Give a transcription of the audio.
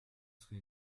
serait